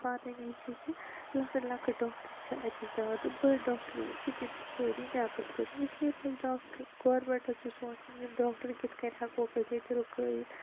پَنٕنۍ یہِ چھِ کہِ لَکٕٹۍ لَکٕٹۍ ڈاکٹَر چھِ اتہِ زیادٕ بٔڑ ڈاکٹَر یِم چھِ تِم چھِ سٲری نٮ۪بَر ژٔلمٕتۍ گوۄرمیٚنٹَس چھ سونٛچُن یِم ڈاکٹَر کِتھ کٔنۍ ہیٚکہوکھ أسۍ ییٚتہِ رُکٲیِتھ